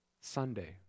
Sunday